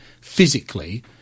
physically